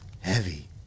heavy